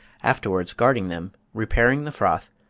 afterwards guarding them, repairing the froth,